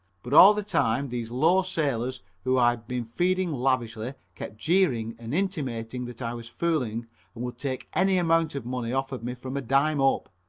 but all the time these low sailors whom i had been feeding lavishly kept jeering and intimating that i was fooling and would take any amount of money offered me from a dime up.